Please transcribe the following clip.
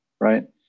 right